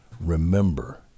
remember